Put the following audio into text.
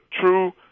true